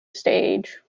stage